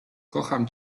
kocham